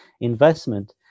investment